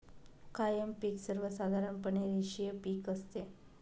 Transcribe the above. कायम पिक सर्वसाधारणपणे रेषीय पिक असते